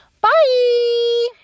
Bye